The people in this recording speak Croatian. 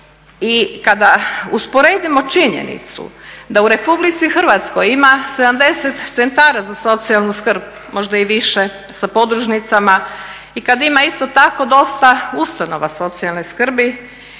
I kada usporedimo činjenicu da u Republici Hrvatskoj ima 70 centara za socijalnu skrb, možda i više, sa podružnicama i kada ima isto tako dosta ustanova socijalne skrbi.